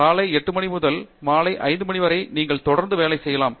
காலை 8 மணி முதல் மாலை 5 மணி வரை நீங்கள் தொடர்ந்து வேலை செய்யலாம்